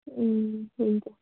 ए हुन्छ